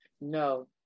No